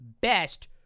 best